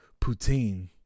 poutine